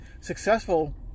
successful